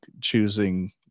choosing